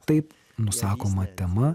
taip nusakoma tema